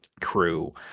crew